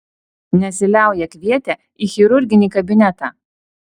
nesiliauja kvietę į chirurginį kabinetą